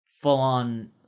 full-on